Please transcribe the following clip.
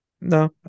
No